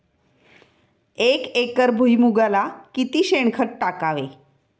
एक एकर भुईमुगाला किती शेणखत टाकावे?